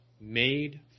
made